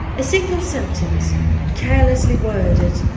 a single sentence carelessly worded,